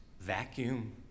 vacuum